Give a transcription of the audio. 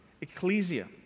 Ecclesia